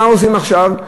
מה עושים עכשיו?